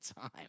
time